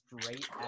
straight